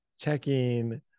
checking